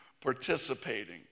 participating